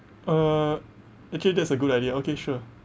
uh actually that's a good idea okay sure